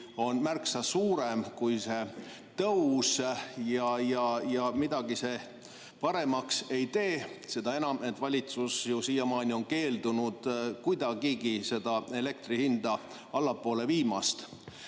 on märksa suurem kui see palgatõus ja midagi see paremaks ei tee. Seda enam, et valitsus ju siiamaani on keeldunud kuidagigi elektri hinda allapoole viimast.